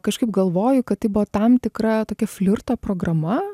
kažkaip galvoju kad tai buvo tam tikra tokia flirto programa